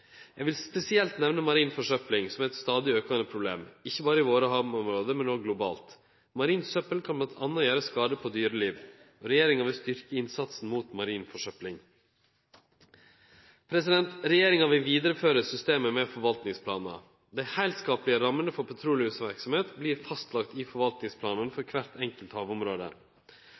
Eg vil spesielt nemne marin forsøpling, som er eit stadig aukande problem – ikkje berre i våre havområde, men òg globalt. Marint søppel kan bl.a. gjere skade på dyreliv. Regjeringa vil styrkje innsatsen mot marin forsøpling. Regjeringa vil vidareføre systemet med forvaltningsplanar. Dei heilskaplege rammene for petroleumsverksemda vert fastlagde i forvaltningsplanen for kvart enkelt